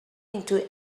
into